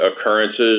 occurrences